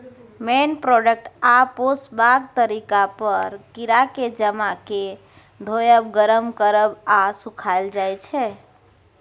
मेन product आ पोसबाक तरीका पर कीराकेँ जमा कए धोएब, गर्म करब आ सुखाएल जाइ छै